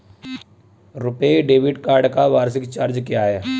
RuPay debit card का वार्षिक charge क्या है?